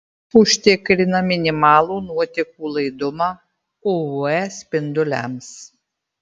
užtikrina minimalų nuotekų laidumą uv spinduliams